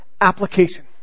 application